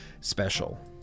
special